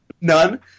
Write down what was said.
None